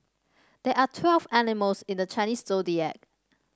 there are twelve animals in the Chinese Zodiac